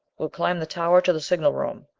we'll climb the tower to the signal room,